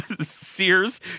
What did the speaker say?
Sears